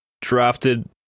drafted